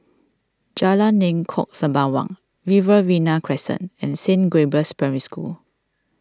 Jalan Lengkok Sembawang Riverina Crescent and Saint Gabriel's Primary School